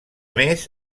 més